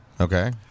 Okay